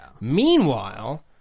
Meanwhile